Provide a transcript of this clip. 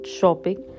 shopping